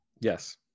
Yes